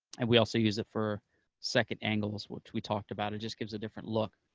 and we also use it for second angles, which we talked about. it just gives a different look.